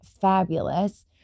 fabulous